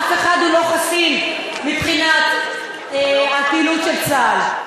אף אחד לא חסין מבחינת הפעילות של צה"ל.